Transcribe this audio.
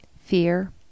fear